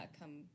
come